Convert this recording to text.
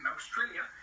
Australia